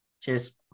Cheers